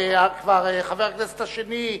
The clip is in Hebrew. כבר חבר הכנסת השני,